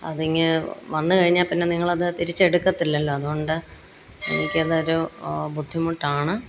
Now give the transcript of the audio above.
അതിങ്ങ് വന്ന് കഴിഞ്ഞാൽപ്പിന്നെ നിങ്ങളത് തിരിച്ചെടുക്കത്തില്ലല്ലോ അതുകൊണ്ട് എനിക്കതൊരു ബുദ്ധിമുട്ടാണ്